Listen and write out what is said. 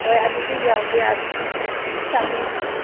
ꯍꯣꯏ ꯑꯗꯨꯗꯤ ꯌꯥꯎꯒꯦ ꯆꯥꯅꯤꯡꯕꯅꯤ